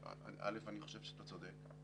א', אני חושב שאתה צודק.